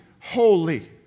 holy